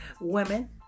women